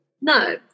No